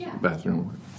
bathroom